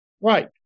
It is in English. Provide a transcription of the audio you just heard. Right